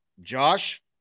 Josh